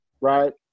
right